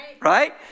Right